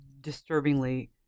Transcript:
disturbingly